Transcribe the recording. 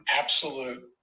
absolute